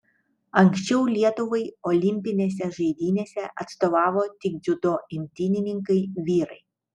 anksčiau lietuvai olimpinėse žaidynėse atstovavo tik dziudo imtynininkai vyrai